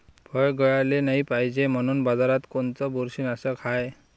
फळं गळाले नाही पायजे म्हनून बाजारात कोनचं बुरशीनाशक हाय?